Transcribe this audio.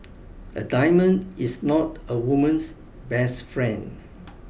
a diamond is not a woman's best friend